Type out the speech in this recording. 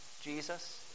Jesus